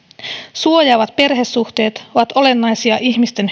suojaavat perhesuhteet ovat olennaisia ihmisten